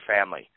family